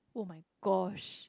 [oh]-my-gosh